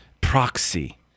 proxy